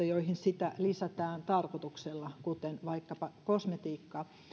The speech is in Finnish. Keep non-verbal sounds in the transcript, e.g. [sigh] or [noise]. [unintelligible] joihin sitä lisätään tarkoituksella kuten vaikkapa kosmetiikka